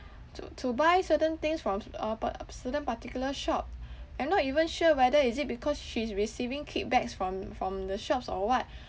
to to buy certain things from cer~ uh part~ certain particular shop I'm not even sure whether is it because she's receiving kickbacks from from the shops or what